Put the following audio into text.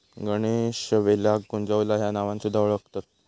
गणेशवेलाक कुंजलता ह्या नावान सुध्दा वोळखतत